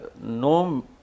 no